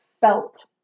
felt